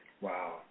Wow